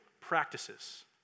practices